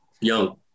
Young